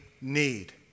need